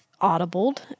audibled